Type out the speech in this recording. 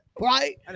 Right